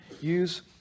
use